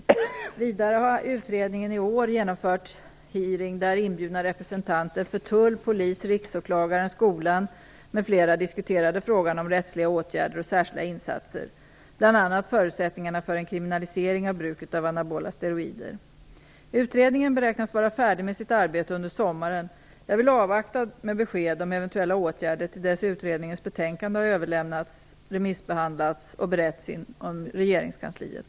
Vidare har utredningen i år genomfört en hearing där inbjuda representanter för tull, polis, Riksåklagaren, skolan m.fl. diskuterade frågan om rättsliga åtgärder och särskilda insatser - bl.a. förutsättningarna för en kriminalisering av bruket av anabola steroider. Utredningen beräknas vara färdig med sitt arbete under sommaren. Jag vill avvakta med besked om eventuella åtgärder till dess utredningens betänkande har överlämnats, remissbehandlats och beretts inom regeringskansliet.